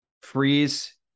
Freeze